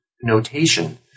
notation